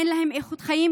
אין להם איכות חיים,